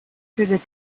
through